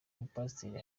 mupasiteri